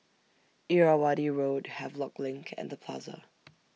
Irrawaddy Road Havelock LINK and The Plaza